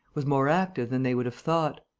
was more active than they would have thought.